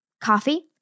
coffee